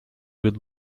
would